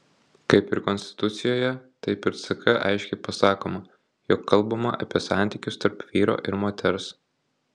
kaip ir konstitucijoje taip ir ck aiškiai pasakoma jog kalbama apie santykius tarp vyro ir moters